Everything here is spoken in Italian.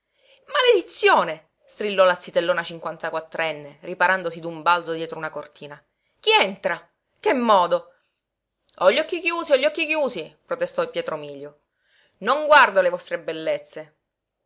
maledizione strillò la zitellona cinquantaquattrenne riparandosi d'un balzo dietro una cortina chi entra che modo ho gli occhi chiusi ho gli occhi chiusi protestò pietro mílio non guardo le vostre bellezze